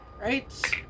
Right